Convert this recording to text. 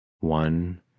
one